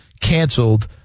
canceled